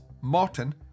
Martin